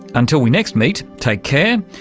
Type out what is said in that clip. until we next meet, take care,